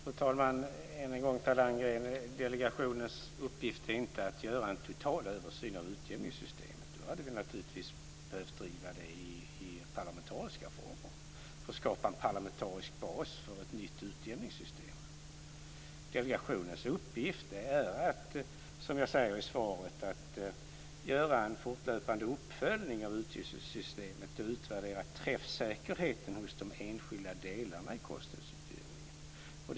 Fru talman! Än en gång Per Landgren: Delegationens uppgift är inte att göra en total översyn av utjämningssystemet. Då hade vi naturligtvis behövt driva det arbetet i parlamentariska former för att skapa en parlamentarisk bas för ett nytt utjämningssystem. Delegationens uppgift är, som jag säger i svaret, att göra en fortlöpande uppföljning av systemet och utvärdera träffsäkerheten hos de enskilda delarna i konstnadsutjämningen.